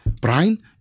Brian